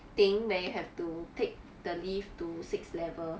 thing where you have to take the lift to sixth level